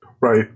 Right